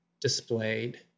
displayed